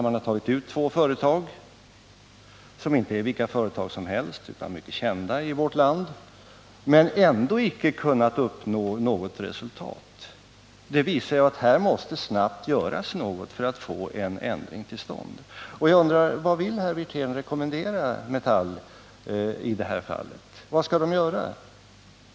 Man har tagit ut två företag, som inte är vilka som helst utan mycket kända företag i vårt land, men man har ändå icke kunnat uppnå något resultat. Detta visar att man snabbt måste göra någonting för att en ändring skall komma till stånd. Jag undrar vad herr Wirtén i detta fall vill rekommendera Metall. Vad skall Metall göra?